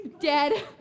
Dead